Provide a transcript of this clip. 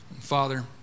Father